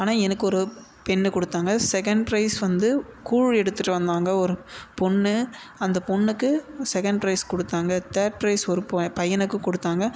ஆனால் எனக்கு ஒரு பென்னு கொடுத்தாங்க செகண்ட் ப்ரைஸ் வந்து கூழ் எடுத்துட்டு வந்தாங்க ஒரு பொண்ணு அந்த பொண்ணுக்கு செகண்ட் ப்ரைஸ் கொடுத்தாங்க தேர்ட் ப்ரைஸ் ஒரு பொ பையனுக்கு கொடுத்தாங்க